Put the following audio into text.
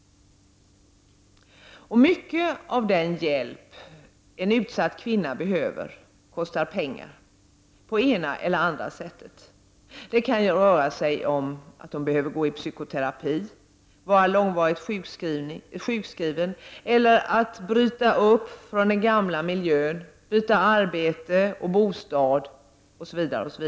Mycket av den hjälp som en utsatt kvinna behöver kostar pengar på det ena eller det andra sättet. Det kan röra sig om att det behövs psykoterapi eller långvarig sjukskrivning eller om att man måste bryta upp från den gamla miljön, byta arbete och bostad osv.